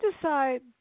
decide